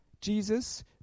Jesus